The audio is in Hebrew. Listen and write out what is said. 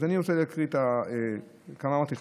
אני רוצה להקריא, כמה אמרתי?